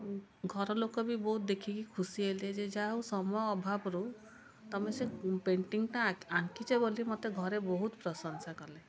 ଘରଲୋକ ବି ବହୁତ ଦେଖିକି ଖୁସି ହେଲେ ଯେ ଯାହାହଉ ସମୟ ଅଭାବରୁ ତମେ ସେ ପେଣ୍ଟିଙ୍ଗଟା ଆଙ୍କିଛ ବୋଲି ମତେ ଘରେ ବହୁତ ପ୍ରଶଂସା କଲେ